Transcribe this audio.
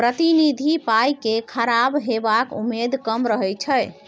प्रतिनिधि पाइ केँ खराब हेबाक उम्मेद कम रहै छै